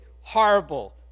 horrible